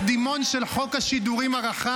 --- כל הנביאים --- זה רק קדימון של חוק השידורים הרחב,